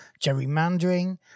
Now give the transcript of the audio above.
gerrymandering